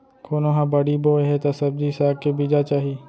कोनो ह बाड़ी बोए हे त सब्जी साग के बीजा चाही